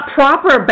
proper